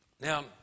Now